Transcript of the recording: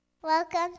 Welcome